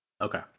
Okay